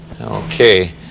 okay